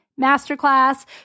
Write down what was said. masterclass